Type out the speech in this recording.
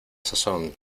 sazón